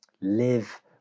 live